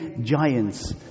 giants